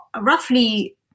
roughly